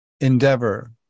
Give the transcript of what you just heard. endeavor